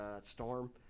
storm